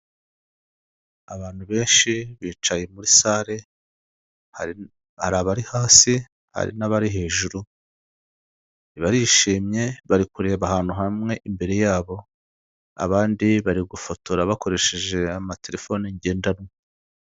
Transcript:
Abantu benshi bicaye muri sale, hari abari hasi, hari n'abari hejuru, barishimye, bari kureba ahantu hamwe imbere yabo, abandi bari gufotora bakoresheje amatelefone ngendanwa.